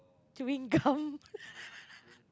chewing gum